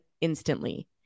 instantly